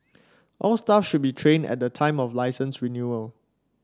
all staff should be trained at the time of licence renewal